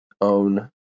own